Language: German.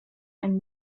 ein